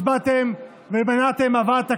הצבעתם ומנעתם העברת תקציב,